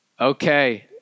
Okay